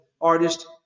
artist